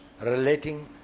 relating